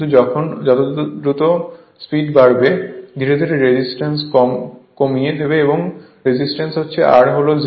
কিন্তু যত দ্রুত স্পিড বাড়বে ধীরে ধীরে রেজিস্ট্যান্স কমিয়ে দেবে এবং রেজিস্ট্যান্স হচ্ছে r হল 0